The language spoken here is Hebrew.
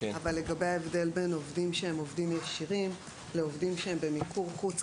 בין עובדים שהם עובדים ישירים לעובדים שהם במיקור חוץ.